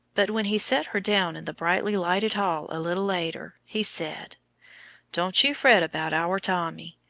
but when he set her down in the brightly-lighted hall a little later, he said don't you fret about our tommy.